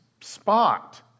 spot